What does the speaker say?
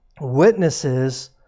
witnesses